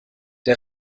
der